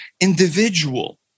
individual